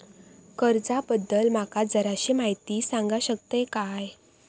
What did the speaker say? कर्जा बद्दल माका जराशी माहिती सांगा शकता काय?